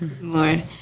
Lord